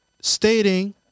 stating